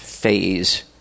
phase